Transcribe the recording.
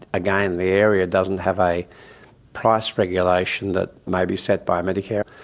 again, the area doesn't have a price regulation that may be set by medicare,